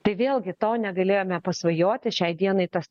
tai vėlgi to negalėjome pasvajoti šiai dienai tas